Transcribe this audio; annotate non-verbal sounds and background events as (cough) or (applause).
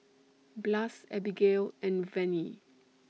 (noise) Blas Abigail and Venie (noise)